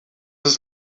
ist